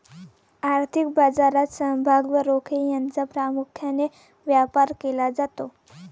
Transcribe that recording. आर्थिक बाजारात समभाग व रोखे यांचा प्रामुख्याने व्यापार केला जातो